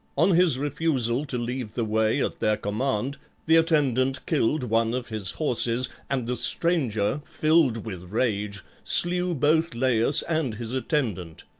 on his refusal to leave the way at their command the attendant killed one of his horses, and the stranger, filled with rage, slew both laius and his attendant.